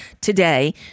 today